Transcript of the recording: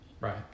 Right